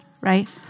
right